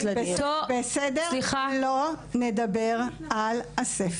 קיבלתי, לא נדבר על הספר.